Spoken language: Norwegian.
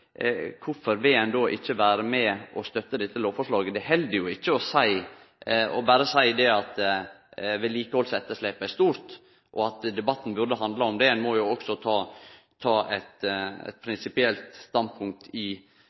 vil ein då ikkje vere med og støtte dette lovforslaget? Det held jo ikkje berre å seie at vedlikehaldsetterslepet er stort, og at debatten burde handle om det – ein må også ta eit prinsipielt standpunkt i